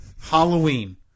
Halloween